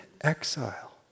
exile